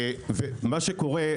ומה שקורה,